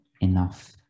Enough